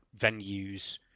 venues